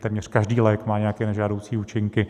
Téměř každý lék má nějaké nežádoucí účinky.